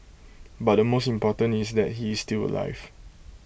but the most important is that he is still alive